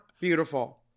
beautiful